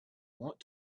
want